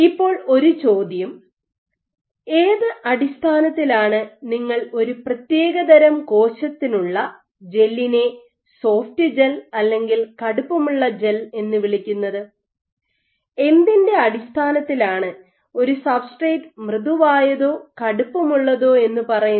ഇപ്പോൾ ഒരു ചോദ്യം ഏത് അടിസ്ഥാനത്തിലാണ് നിങ്ങൾ ഒരു പ്രത്യേകതരം കോശത്തിനുള്ള ജെല്ലിനെ സോഫ്റ്റ് ജെൽ അല്ലെങ്കിൽ കടുപ്പമുള്ള ജെൽ എന്ന് വിളിക്കുന്നത് എന്തിൻറെ അടിസ്ഥാനത്തിലാണ് ഒരു സബ്സ്ട്രേറ്റ് മൃദുവായതോ കടുപ്പമുള്ളതോ എന്ന് പറയുന്നത്